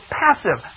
passive